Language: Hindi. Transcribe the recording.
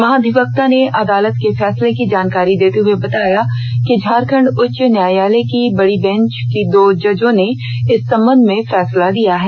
महाधिवक्ता ने अदालत के र्फसले की जॉनकारी देते हुए बताया कि झारखंड उच्च न्यायालय की बड़ी बेंच की दो जजों ने इस संबंध में फैसला दिया है